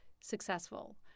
successful